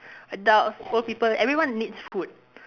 adults old people everyone needs food